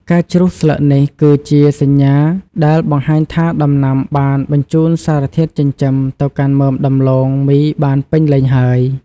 ការជ្រុះស្លឹកនេះគឺជាសញ្ញាដែលបង្ហាញថាដំណាំបានបញ្ជូនសារធាតុចិញ្ចឹមទៅកាន់មើមដំឡូងមីបានពេញលេញហើយ។